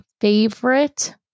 Favorite